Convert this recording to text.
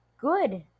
good